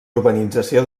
urbanització